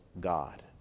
God